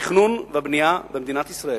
התכנון והבנייה במדינת ישראל.